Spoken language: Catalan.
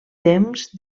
temps